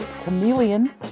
Chameleon